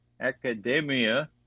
Academia